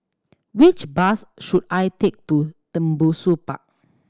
which bus should I take to Tembusu Park